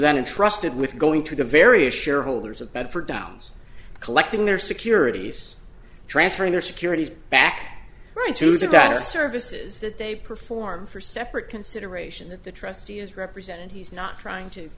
entrusted with going to the various shareholders of bedford downs collecting their securities transferring their securities back right to the data services that they perform for separate consideration that the trustee is representing he's not trying to